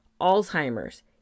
Alzheimer's